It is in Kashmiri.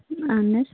آہَن حظ